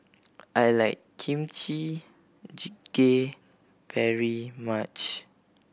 I like Kimchi Jjigae very much